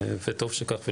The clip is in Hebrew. אני